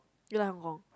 you like Hong-Kong